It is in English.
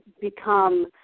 become